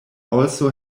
also